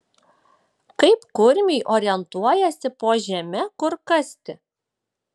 kaip kurmiai orientuojasi po žeme kur kasti